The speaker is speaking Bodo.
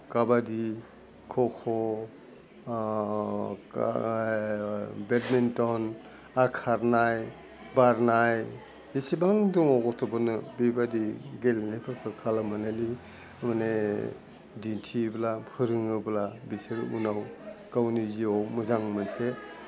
काबादि खख' बेडमिन्टन आरो खारनाय बारनाय इसेबां दङ गथ'फोदनो बेबादि गेलेनायफोरखो खालामहोनायदि माने दिन्थियोब्ला फोरोङोब्ला बिसोर उनाव गावनि जिवाव मोजां मोनसे